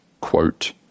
quote